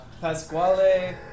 Pasquale